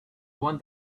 want